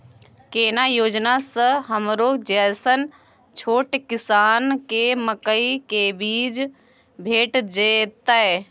केना योजना स हमरो जैसन छोट किसान के मकई के बीज भेट जेतै?